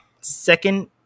second